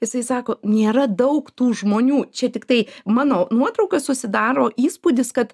jisai sako nėra daug tų žmonių čia tiktai mano nuotraukas susidaro įspūdis kad